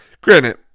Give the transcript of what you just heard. Granted